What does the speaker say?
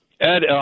Ed